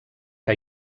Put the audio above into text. que